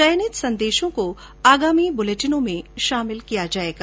चयनित संदेशों को आगामी बुलेटिनों में शामिल किया जाएगा